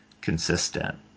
consistent